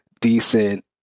decent